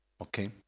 Okay